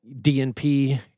DNP